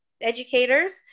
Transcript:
educators